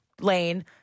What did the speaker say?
lane